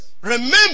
Remember